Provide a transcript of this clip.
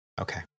Okay